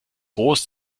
groß